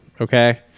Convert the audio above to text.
Okay